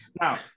Now